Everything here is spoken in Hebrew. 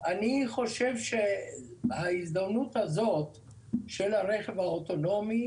אני חושב שבהזדמנות של הרכב האוטונומי,